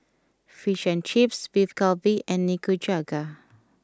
Fish and Chips Beef Galbi and Nikujaga